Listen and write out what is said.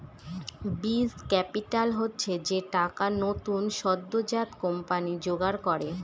বীজ ক্যাপিটাল হচ্ছে যে টাকা নতুন সদ্যোজাত কোম্পানি জোগাড় করে